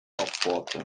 aufbohrte